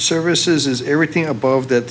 services is everything above that